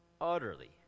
utterly